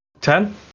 Ten